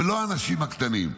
ולא האנשים הקטנים.